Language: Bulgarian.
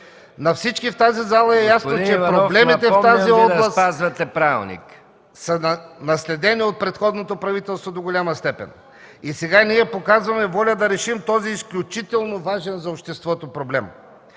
На всички в тази зала е ясно, че проблемите в тази област до голяма степен са наследени от предходното правителство и сега ние показваме воля да решим този изключително важен за обществото проблем.